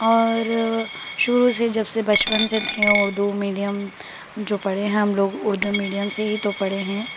اور شروع سے جب سے بچپن سے تھے اردو میڈیم جو پڑھے ہیں ہم لوگ اردو میڈیم سے ہی تو پڑھے ہیں